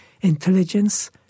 intelligence